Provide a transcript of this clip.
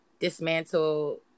dismantle